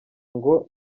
ngo